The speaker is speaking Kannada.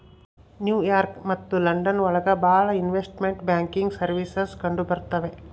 ನ್ಯೂ ಯಾರ್ಕ್ ಮತ್ತು ಲಂಡನ್ ಒಳಗ ಭಾಳ ಇನ್ವೆಸ್ಟ್ಮೆಂಟ್ ಬ್ಯಾಂಕಿಂಗ್ ಸರ್ವೀಸಸ್ ಕಂಡುಬರ್ತವೆ